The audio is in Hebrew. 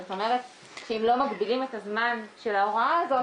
זאת אומרת שאם לא מגבילים את הזמן של ההוראה הזאת,